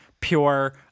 pure